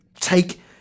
take